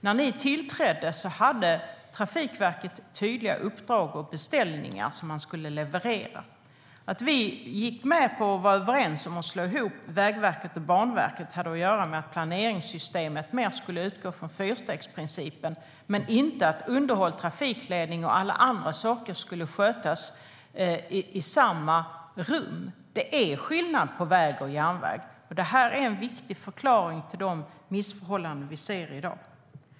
När ni tillträdde hade Trafikverket tydliga uppdrag och beställningar som man skulle leverera. Att vi gick med på och var överens om att slå ihop Vägverket och Banverket hade att göra med att planeringssystemet mer skulle utgå från fyrstegsprincipen, men inte att underhåll, trafikledning och alla andra saker skulle skötas i samma rum. Det är skillnad på väg och järnväg. Det är en viktig förklaring till de missförhållanden vi ser i dag.